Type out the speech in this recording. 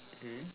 mm